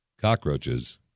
cockroaches